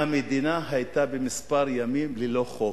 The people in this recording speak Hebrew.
המדינה היתה מספר ימים ללא חוק,